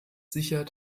sicher